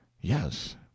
Yes